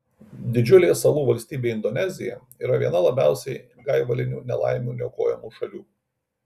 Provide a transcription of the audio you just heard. didžiulė salų valstybė indonezija yra viena labiausiai gaivalinių nelaimių niokojamų šalių